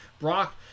Brock